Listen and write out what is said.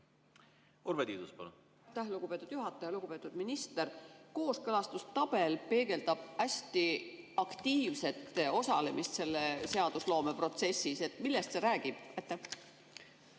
Urve Tiidus, palun! Tänan, lugupeetud juhataja! Lugupeetud minister! Kooskõlastustabel peegeldab hästi aktiivset osalemist selles seadusloome protsessis. Millest see räägib?